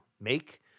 make